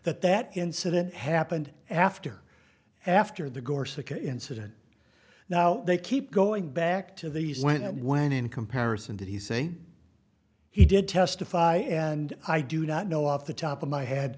that that incident happened after after the gore sikka incident now they keep going back to these when and when in comparison did he say he did testify and i do not know off the top of my head